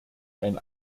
ein